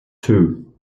two